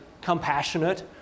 compassionate